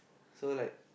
so like